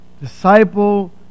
disciple